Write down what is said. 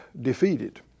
defeated